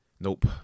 Nope